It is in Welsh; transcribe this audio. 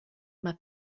mae